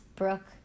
brooke